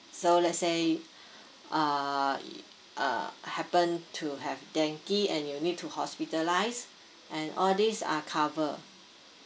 so let's say uh uh happened to have dengue and you need to hospitalised and all these are cover